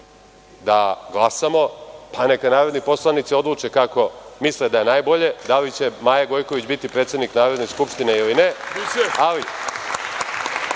da glasamo, pa neka narodni poslanici odluče kako misle da je najbolje, da li će Maja Gojković biti predsednik Narodne skupštine ili ne.